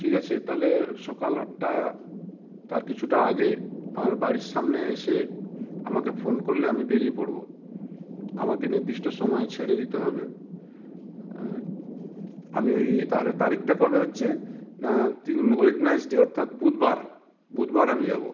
ঠিক আছে তাহলে সকাল আটটা তার কিছুটা আগে আমার বাড়ির সামনে এসে আমাকে ফোন করলে আমি বেরিয়ে পড়ব আমাকে নির্দিষ্ট সময়ে ছেড়ে দিতে হবে আমি ওই ইয়ে তাহলে তারিখটা কবে হচ্ছে না তিন ওয়েডনেসডে অর্থাৎ বুধবার বুধবার আমি যাব